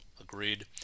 agreed